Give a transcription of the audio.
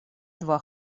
два